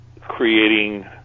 creating